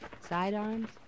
Sidearms